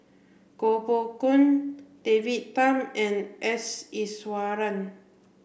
Koh Poh Koon David Tham and S Iswaran